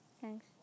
Thanks